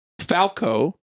Falco